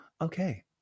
okay